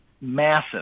massive